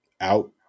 out